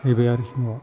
फैबाय आरोखि न'आव